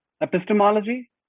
Epistemology